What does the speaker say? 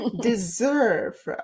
Deserve